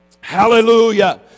Hallelujah